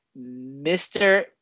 Mr